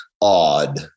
odd